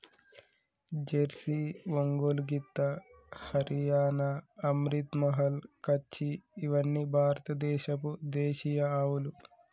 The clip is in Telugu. జెర్సీ, ఒంగోలు గిత్త, హరియాణా, అమ్రిత్ మహల్, కచ్చి ఇవ్వని భారత దేశపు దేశీయ ఆవులు